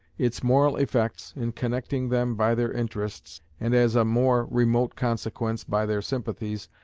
its moral effects, in connecting them by their interests, and as a more remote consequence, by their sympathies,